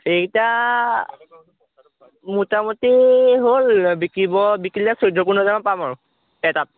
এইকেইটা মোটামুটি হ'ল বিকিব বিকিলে চৈধ্য পোন্ধৰ হেজাৰমান পাম আৰু এটাত